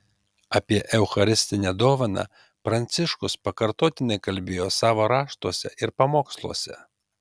apie eucharistinę dovaną pranciškus pakartotinai kalbėjo savo raštuose ir pamoksluose